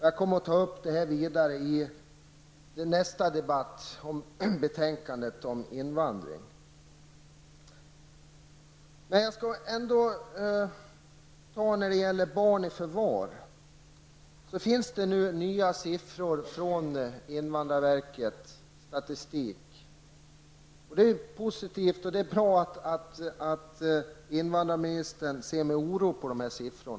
Jag kommer att ta upp detta i nästa debatt då betänkandet om invandring skall behandlas. När det gäller barn i förvar finns det nu nya siffror i invandrarverkets statistik. Det är positivt och bra att invandrarministern ser med oro på dessa siffror.